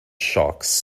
sharks